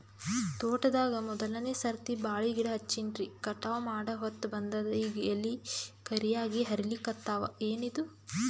ತೋಟದಾಗ ಮೋದಲನೆ ಸರ್ತಿ ಬಾಳಿ ಗಿಡ ಹಚ್ಚಿನ್ರಿ, ಕಟಾವ ಮಾಡಹೊತ್ತ ಬಂದದ ಈಗ ಎಲಿ ಕರಿಯಾಗಿ ಹರಿಲಿಕತ್ತಾವ, ಏನಿದು?